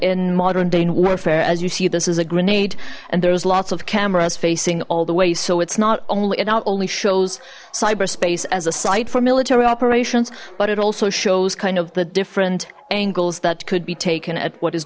in modern day in warfare as you see this is a grenade and there's lots of cameras facing all the way so it's not only it not only shows cyberspace as a site for military operations but it also shows kind of the different angles that could be taken at what is